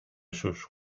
sus